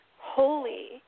holy